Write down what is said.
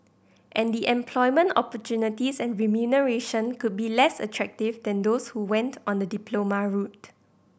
and the employment opportunities and remuneration could be less attractive than those who went on the diploma route